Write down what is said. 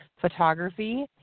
photography